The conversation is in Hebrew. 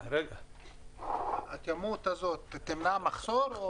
הכמות הזו תמנע מחסור?